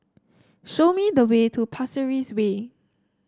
show me the way to Pasir Ris Way